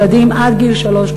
ילדים עד גיל שלוש,